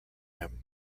him